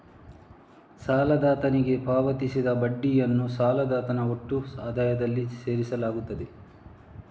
ಸಾಲದಾತನಿಗೆ ಪಾವತಿಸಿದ ಬಡ್ಡಿಯನ್ನು ಸಾಲದಾತನ ಒಟ್ಟು ಆದಾಯದಲ್ಲಿ ಸೇರಿಸಲಾಗುತ್ತದೆ